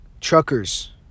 truckers